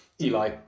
Eli